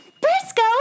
Briscoe